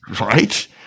right